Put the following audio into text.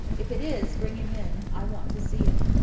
if it is, bring him in. i want to see him.